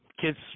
Kids